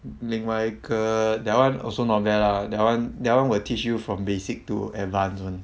另外一个 that [one] also not bad lah that [one] that [one] will teach you from basic to advance [one]